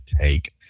take